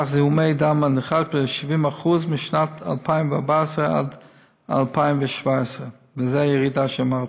אלח זיהומי דם נרכש ב-70% משנת 2014 עד 2017. זו הירידה שאמרתי.